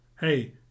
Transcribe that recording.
hey